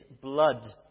blood